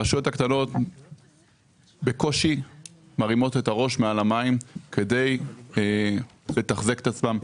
הרשויות הקטנות בקושי מרימות את הראש מעל המים כדי לתחזק את עצמן,